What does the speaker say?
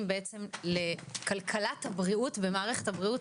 הנושא שנמצא על סדר היום זה תמחור במערכת הבריאות